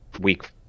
week